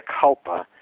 culpa